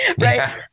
right